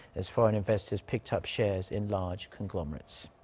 as foreign investors picked up shares in large conglomerates.